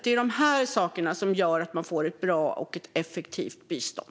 Det är dessa saker som gör att man får ett bra och effektivt bistånd.